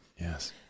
Yes